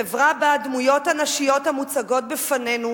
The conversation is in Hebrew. חברה שבה הדמויות הנשיות המוצגות בפנינו,